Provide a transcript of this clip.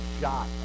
shot